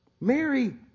Mary